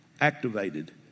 Activated